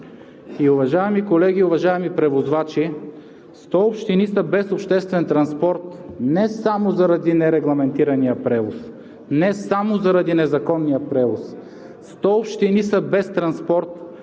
И, уважаеми колеги, уважаеми превозвачи, 100 общини са без обществен транспорт не само заради нерегламентирания превоз, не само заради незаконния превоз, 100 общини са без транспорт,